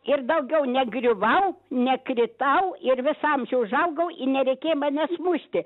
ir daugiau negriuvau nekritau ir visą amžių užaugau i nereikė manęs mušti